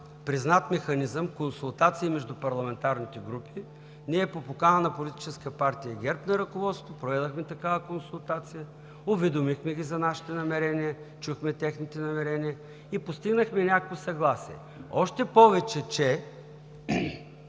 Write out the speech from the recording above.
признат механизъм – консултации между парламентарните групи, по покана на Политическа партия ГЕРБ и на ръководството ние проведохме такива консултации, уведомихме ги за нашите намерения, чухме техните намерения и постигнахме някакво съгласие. Още повече